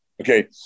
Okay